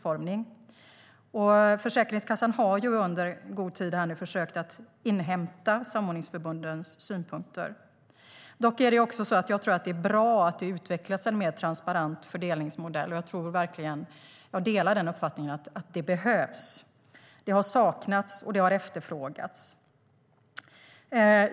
Och Försäkringskassan har under lång tid försökt inhämta samordningsförbundens synpunkter. Jag tror dock att det är bra att en mer transparent fördelningsmodell utvecklas. Jag delar uppfattningen att det behövs. Det har saknats, och det har efterfrågats.